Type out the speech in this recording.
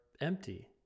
empty